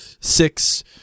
six